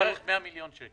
בערך 100 מיליון שקלים.